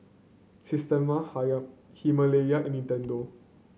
Systema Himalaya and Nintendo